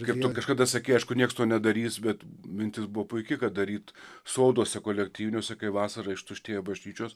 kaip tu kažkada sakei aišku nieks to nedarys bet mintis buvo puiki kad daryt soduose kolektyviniuose kai vasarą ištuštėja bažnyčios